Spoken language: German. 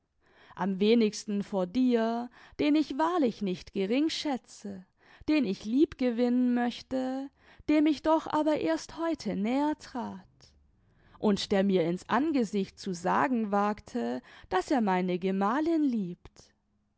am wenigsten vor dir den ich wahrlich nicht gering schätze den ich lieb gewinnen möchte dem ich doch aber erst heute näher trat und der mir in's angesicht zu sagen wagte daß er meine gemalin liebt